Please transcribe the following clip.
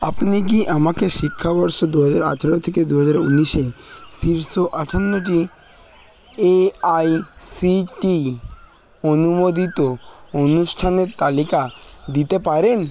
আপনি কি আমাকে শিক্ষাবর্ষ দু হাজার আঠেরো থেকে দু হাজার ঊনিশে শীর্ষ আটান্নটি এআইসিটিই অনুমোদিত অনুষ্ঠানের তালিকা দিতে পারেন